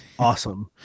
awesome